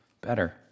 better